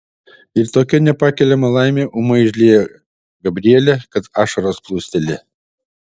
ir tokia nepakeliama laimė ūmai užlieja gabrielę kad ašaros plūsteli